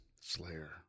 Slayer